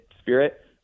spirit